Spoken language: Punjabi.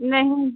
ਨਹੀਂ